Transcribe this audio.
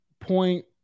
point